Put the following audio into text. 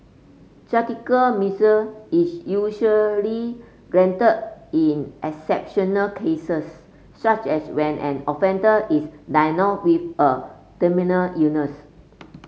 judicial mercy is usually granted in exceptional cases such as when an offender is diagnosed with a terminal illness